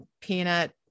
peanut